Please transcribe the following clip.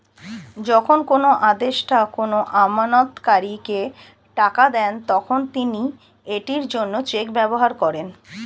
যখন কোনো আদেষ্টা কোনো আমানতকারীকে টাকা দেন, তখন তিনি এটির জন্য চেক ব্যবহার করেন